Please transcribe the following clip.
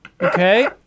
Okay